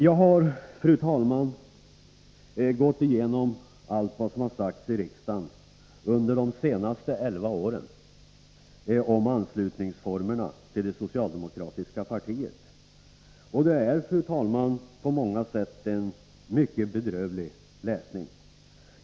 Jag har, fru talman, gått igenom allt som sagts i riksdagen under de senaste elva åren om formerna för anslutning till det socialdemokratiska partiet. Det är på många sätt en mycket bedrövlig läsning.